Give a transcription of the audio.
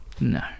No